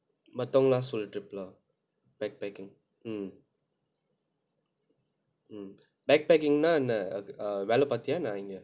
மற்றவர்கள் எல்லாம்:matravarkal ellaam solo trip lah backpacking நா என்ன வேலை பார்த்தியா என்ன:naa enna velai paarthiyaa enna